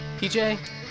PJ